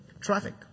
traffic